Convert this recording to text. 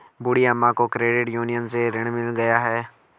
बूढ़ी अम्मा को credit union से ऋण मिल गया है